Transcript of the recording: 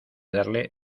darle